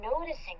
noticing